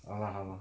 好 lah 好 lah